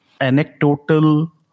anecdotal